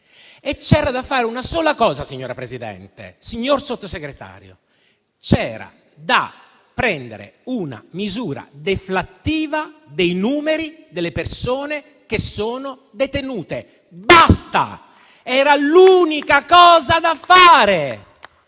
e c'era da fare una sola cosa, signora Presidente, signor Sottosegretario: c'era da prendere una misura deflattiva dei numeri delle persone che sono detenute. Basta. Era l'unica cosa da fare.